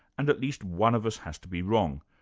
and at least one of us has to be wrong,